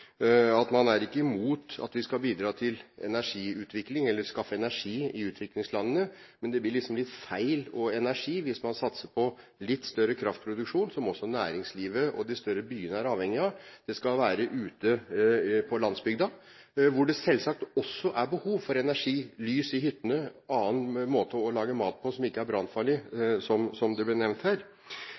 at man ikke er imot at vi skal bidra til energiutvikling eller skaffe energi i utviklingslandene, men det blir liksom litt feil hvis man satser på litt større kraftproduksjon, som også næringslivet og de større byene er avhengige av. Det skal helst være ute på landsbygda. Det er selvsagt også behov for energi i disse hyttene – en annen måte å lage mat på som ikke er brannfarlig, som det ble nevnt her